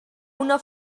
una